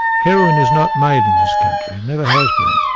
heroin is not made in this country, never has been.